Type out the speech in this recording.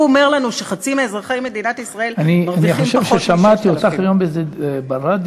הוא אומר לנו שחצי מאזרחי מדינת ישראל מרוויחים פחות